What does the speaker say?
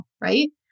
right